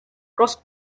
cross